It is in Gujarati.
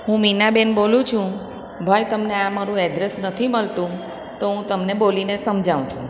હું મીનાબેન બોલું છું ભાઈ તમને આ મારું એડ્રેસ નથી મળતું તો હું તમને બોલીને સમજાવું છું